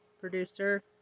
Producer